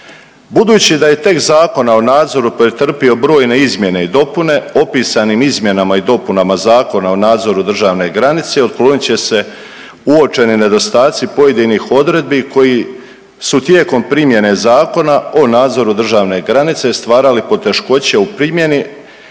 Budući da je tekst Zakona o nadzoru pretrpio brojne izmjene i dopune, opisanim izmjenama i dopunama Zakona o nadzoru državne granice otklonit će se uočeni nedostaci pojedinih odredbi koji su tijekom primjene Zakona o nadzoru državne granice stvarali poteškoće u primjeni,